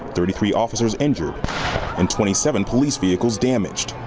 thirty three officers injured in twenty seven police vehicles damaged.